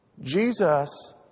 Jesus